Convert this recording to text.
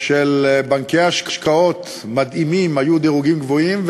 של בנקי השקעות מדהימים היו דירוגים גבוהים,